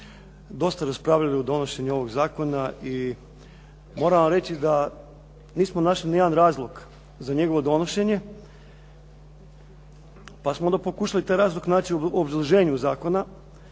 dosta raspravljali o donošenju ovog zakona i moram vam reći da nismo našli nijedan razlog za njegovo donošenje pa smo onda pokušali taj razlog naći u obrazloženju zakona